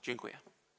Dziękuję.